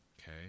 okay